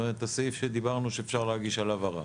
זאת אומרת, הסעיף שדיברנו שאפשר עליו להגיש ערר.